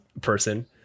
person